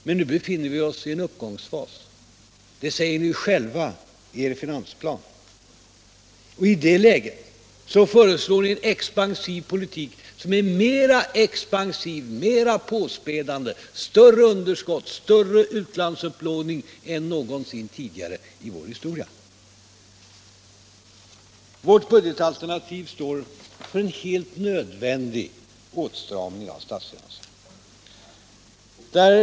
Men nu befinner vi oss i en uppgångsfas — det säger ni själva i er finansplan. I det läget föreslår ni en politik som är mera expansiv än tidigare och som innebär mera påspädning, större underskott och större utlandsupplåning än någonsin tidigare i vår historia. Vårt budgetalternativ står för en helt nödvändig åtstramning av statsfinanserna.